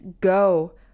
go